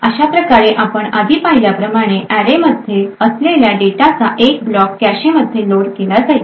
अशाप्रकारे आपण आधी पाहिल्याप्रमाणे अॅरेमध्ये असलेल्या डेटाचा एक ब्लॉक कॅशेमध्ये लोड केला जाईल